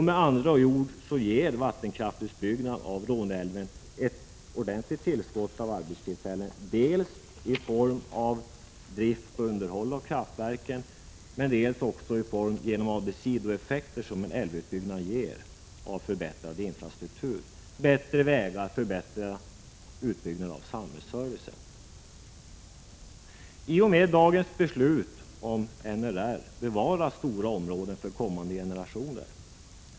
Med andra ord ger en vattenkraftsutbyggnad av Råneälven ett ordentligt tillskott av arbetstillfällen dels i anslutning till drift och underhåll av kraftverket, dels också genom de sidoeffekter som en älvutbyggnad ger i form av förbättrad infrastruktur, bättre vägar och förbättrad utbyggnad av samhällsservicen. I och med dagens beslut om NRL bevaras stora områden för kommande generationer.